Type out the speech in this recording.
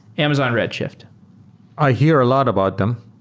amazon redshift i hear a lot about them.